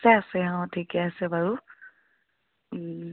আছে আছে অঁ ঠিকে আছে বাৰু